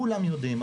כולם יודעים.